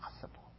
possible